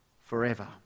forever